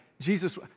Jesus